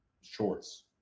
shorts